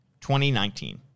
2019